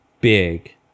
big